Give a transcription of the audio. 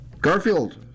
Garfield